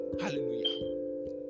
Hallelujah